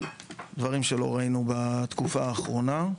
דברים שלא ראינו בתקופה האחרונה.